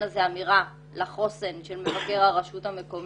הזה אמירה לחוסן של מבקר הרשות המקומית.